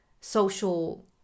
social